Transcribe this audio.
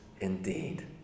indeed